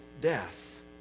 death